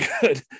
good